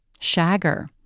shagger